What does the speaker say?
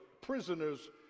Prisoners